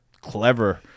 clever